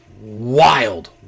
wild